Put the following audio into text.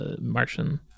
Martian